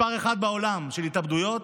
מספר אחת בעולם בהתאבדויות,